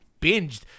binged